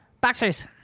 Boxers